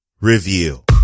review